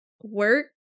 work